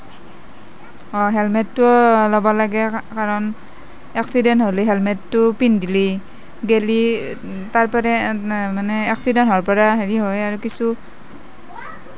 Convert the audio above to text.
হেলমেতটোও ল'ব লাগে কাৰণ এক্সিডেণ্ট হ'লে হেলমেতটো পিন্ধিলে গেলে তাৰপৰা মানে এক্সিডেণ্ট হোৱাৰ পৰা হেৰি হয় আৰু কিছু